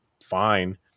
fine